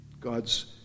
God's